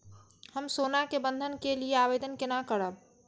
हम सोना के बंधन के लियै आवेदन केना करब?